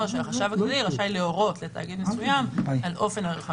שהחשב הכללי רשאי להורות לתאגיד מסוים על אופן עריכת